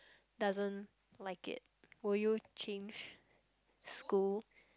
doesn't like it will you change school